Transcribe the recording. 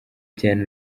cyane